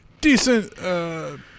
decent